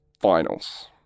Finals